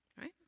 right